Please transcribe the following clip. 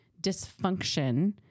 dysfunction